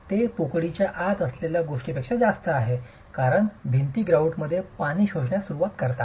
ते पोकळीच्या आत असलेल्या गोष्टींपेक्षा जास्त आहे कारण भिंती ग्रॉउटमध्ये पाणी शोषण्यास सुरवात करतात